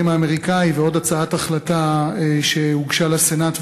האמריקני ועוד הצעת החלטה שהוגשה לסנאט,